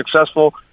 successful